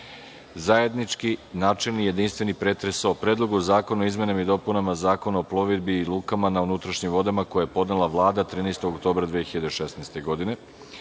zajednički, načelni, jedinstveni pretres o Predlogu zakona o izmenama i dopunama Zakona o plovidbi i lukama na unutrašnjim vodama, koji je podnela Vlada 13. oktobra 2016. godine;